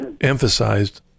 emphasized